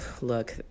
Look